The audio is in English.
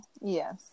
Yes